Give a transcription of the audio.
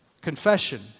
Confession